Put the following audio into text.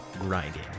grinding